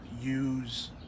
use